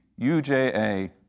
UJA